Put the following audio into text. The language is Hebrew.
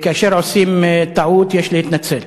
כאשר עושים טעות יש להתנצל